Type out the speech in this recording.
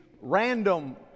random